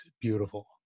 beautiful